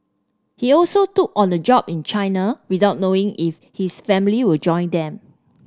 he also took on the job in China without knowing if his family will join them